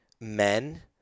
men